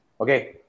Okay